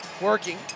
working